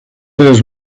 his